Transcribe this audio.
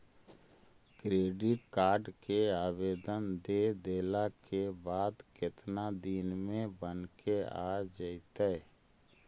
Credit card के आवेदन दे देला के बाद केतना दिन में बनके आ जइतै?